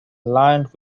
lined